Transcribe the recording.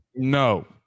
No